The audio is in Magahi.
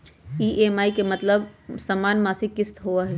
ई.एम.आई के मतलब समान मासिक किस्त होहई?